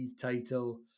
title